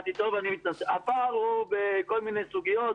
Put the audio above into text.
הפער הוא בכל מיני סוגיות.